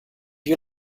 you